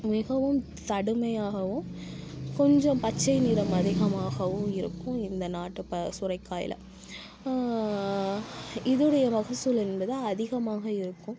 மிகவும் கடுமையாகவும் கொஞ்சம் பச்சை நிறம் அதிகமாகவும் இருக்கும் இந்த நாட்டு சுரைக்காயில் இதோடைய மகசூல் என்பது அதிகமாக இருக்கும்